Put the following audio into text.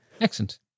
Excellent